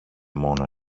μόνο